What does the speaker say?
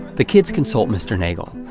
the kids consult mr. neagle.